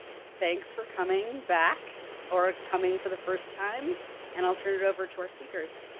thanks for coming back or coming for the first time and i'll turn it over to our speakers,